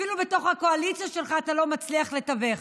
אפילו בתוך הקואליציה שלך אתה לא מצליח לתווך.